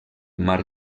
mar